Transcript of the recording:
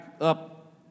up